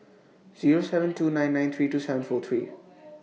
Zero seven two nine nine three two seven four three